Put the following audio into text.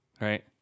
Right